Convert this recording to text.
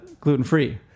gluten-free